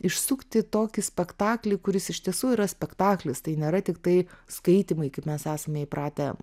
išsukti tokį spektaklį kuris iš tiesų yra spektaklis tai nėra tiktai skaitymai kaip mes esame įpratę